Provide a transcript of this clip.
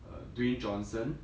err dwayne johnson